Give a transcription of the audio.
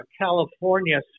California